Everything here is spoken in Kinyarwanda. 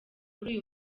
kuri